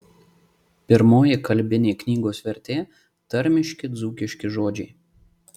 pirmoji kalbinė knygos vertė tarmiški dzūkiški žodžiai